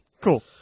Cool